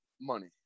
money